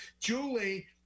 Julie